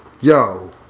Yo